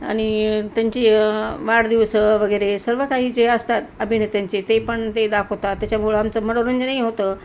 आणि त्यांची वाढदिवस वगैरे सर्व काही जे असतात अभिनेत्यांचे ते पण ते दाखवतात त्याच्यामुळं आमचं मनोरंजनही होतं